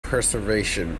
preservation